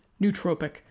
nootropic